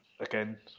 Again